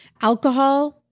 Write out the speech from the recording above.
Alcohol